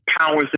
powers